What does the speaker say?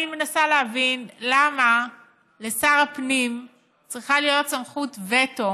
אני מנסה להבין למה לשר הפנים צריכה להיות סמכות וטו